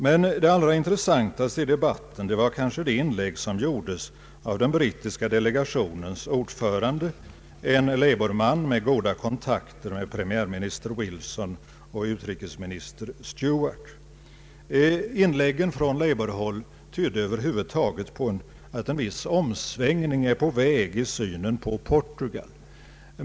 Men det allra intressantaste i debatten var kanske det inlägg som gjordes av den brittiska delegationens ordförande, en labourman med goda kontakter med premiärminister Wilson och utrikesminister Stewart. Inläggen från labourhåll tydde över huvud taget på att Ang. Sveriges utrikesoch handelspolitik en viss omsvängning är på väg i synen på Portugal.